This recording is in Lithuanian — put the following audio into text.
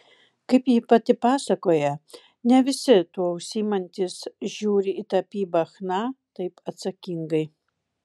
kaip ji pati pasakoja ne visi tuo užsiimantys žiūri į tapybą chna taip atsakingai